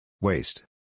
Waste